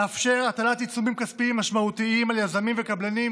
לאפשר הטלת עיצומים כספיים משמעותיים על יזמים וקבלנים,